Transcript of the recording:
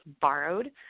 borrowed